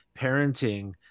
parenting